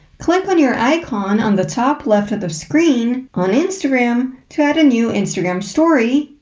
click on your icon on the top-left of the screen on instagram to add a new instagram story,